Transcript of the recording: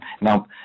Now